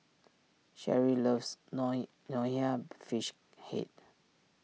Cherie loves Nonya Fish Head